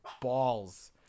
balls